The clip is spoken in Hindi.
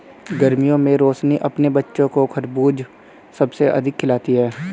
गर्मियों में रोशनी अपने बच्चों को खरबूज सबसे अधिक खिलाती हैं